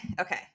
Okay